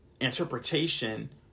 interpretation